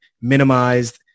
minimized